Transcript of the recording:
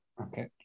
Okay